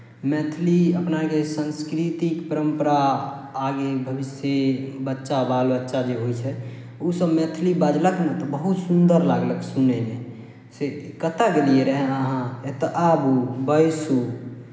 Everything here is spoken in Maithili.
मैथिली अपना आरके सांस्कृतिक परम्परा आगे भविष्यमे बच्चा बाल बच्चा जे होइ छै ओसभ मैथिली बाजलक ने तऽ बहुत सुन्दर लागलक सुनयमे से कतय गेलियै रहए अहाँ एतय आबू बैसू